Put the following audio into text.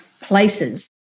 places